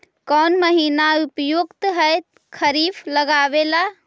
कौन महीना उपयुकत है खरिफ लगावे ला?